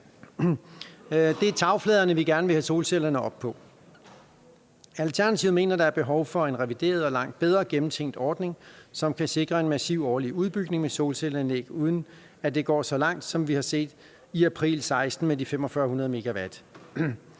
Det er tagfladerne, vi gerne vil have solcellerne op på. Alternativet mener, der er behov for en revideret og langt bedre gennemtænkt ordning, som kan sikre en massiv årlig udbygning med solcelleanlæg, uden at det går så langt, som vi har set i april 2016 med de 4.500 MW.